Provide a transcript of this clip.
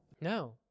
No